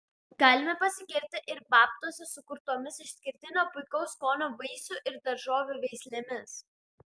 galime pasigirti ir babtuose sukurtomis išskirtinio puikaus skonio vaisių ir daržovių veislėmis